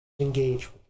Engage